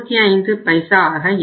25 ஆக இருக்கும்